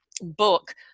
book